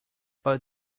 but